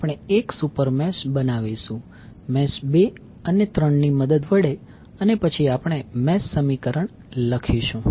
આપણે એક super mesh બનાવીશું મેશ 2 અને 3 ની મદદ વડે અને પછી આપણે મેશ સમીકરણ લખીશું